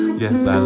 yes